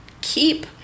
keep